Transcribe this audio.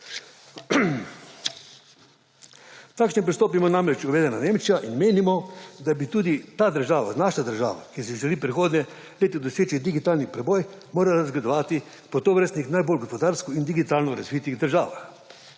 Takšen pristop ima namreč uveden Nemčija in menimo, da bi se tudi naša država, ki si želi v prihodnjem letu doseči digitalni preboj, morala zgledovati po tovrstnih najbolj gospodarsko in digitalno razvitih državah.